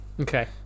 okay